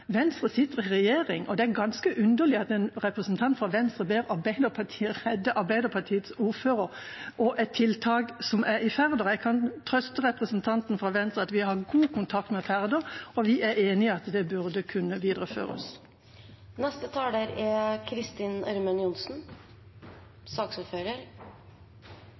Venstre: Venstre sitter i regjering, og det er ganske underlig at en representant fra Venstre ber Arbeiderpartiet redde Arbeiderpartiets ordfører og et tiltak som er i Færder. Jeg kan trøste representanten fra Venstre med at vi har god kontakt med Færder, og vi er enig i at det burde kunne videreføres. Jeg vil bare fremme de forslagene som komiteen er